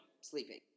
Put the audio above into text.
sleeping